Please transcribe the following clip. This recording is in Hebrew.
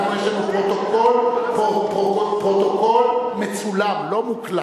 יש לנו פרוטוקול מצולם, לא מוקלט.